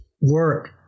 work